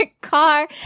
Car